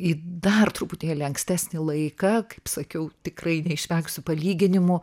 į dar truputėlį ankstesnį laiką kaip sakiau tikrai neišvengsiu palyginimų